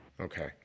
Okay